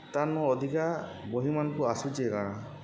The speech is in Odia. ତାର୍ନୁ ଅଧିକା ବହିମାନ୍କୁ ଆସୁଛେ କାଣା